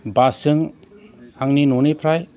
बासजों आंनि न'निफ्राय